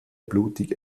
blutig